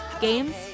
games